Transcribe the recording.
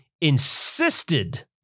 insisted